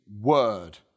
word